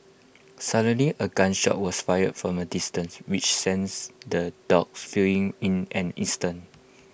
suddenly A gun shot was fired from A distance which sends the dogs fleeing in an instant